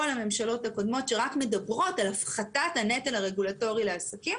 הממשלות הקודמות שרק מדברות על הפחתת הנטל הרגולטורי לעסקים.